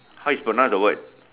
how you pronounce the word